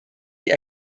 die